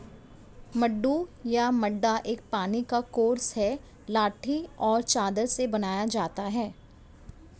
मड्डू या मड्डा एक पानी का कोर्स है लाठी और चादर से बनाया जाता है